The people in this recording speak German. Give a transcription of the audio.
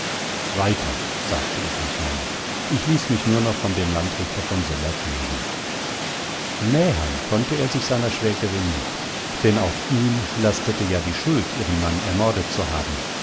weiter sagte ich mechanisch ich ließ mich nur noch von dem landrichter von söller führen nähern konnte er sich seiner schwägerin nicht denn auf ihm lastete ja die schuld ihren mann ermordet zu haben